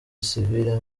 sivile